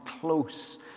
close